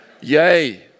yay